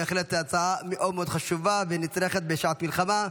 בהחלט הצעה מאוד מאוד חשובה ונצרכת בשעת מלחמה.